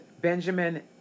Benjamin